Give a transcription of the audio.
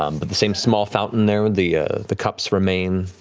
um but the same small fountain there, the the cups remain,